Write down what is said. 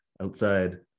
outside